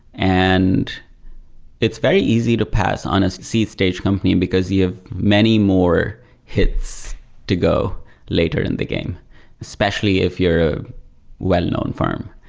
and it's very easy to pass on a seed stage company, and because you have many more hits to go later in the game especially if you're a well-known firm,